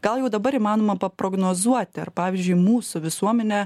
gal jau dabar įmanoma paprognozuoti ar pavyzdžiui mūsų visuomenė